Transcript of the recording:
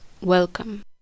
Welcome